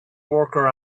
worker